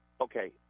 Okay